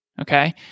Okay